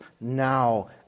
now